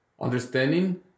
understanding